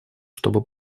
чтобы